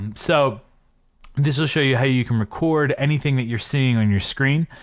and so this will show you how you can record anything that you're seeing on your screen,